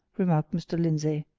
remarked mr. lindsey.